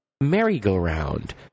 merry-go-round